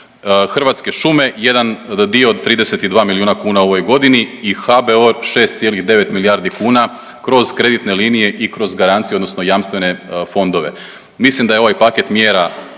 Hrvatske šume, jedan dio od 32 milijuna kuna u ovoj godini i HBOR 6,9 milijardi kuna kroz kreditne linije i kroz garanciju odnosno jamstvene fondove. Mislim da je ovaj paket mjera